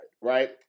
right